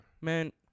man